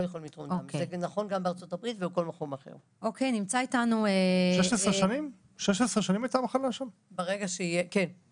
מי שהיה שם בתקופת המחלה לא יכול לתרום דם.